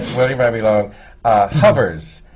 william ivey long hovers.